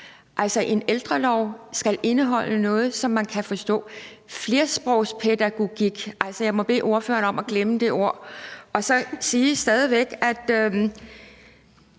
af. En ældrelov skal altså indeholde noget, som man kan forstå. »Flersprogspædagogik« – altså, jeg må bede ordføreren om at glemme det ord. Og så vil jeg stadig væk sige,